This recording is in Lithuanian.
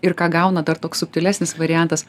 ir ką gauna dar toks subtilesnis variantas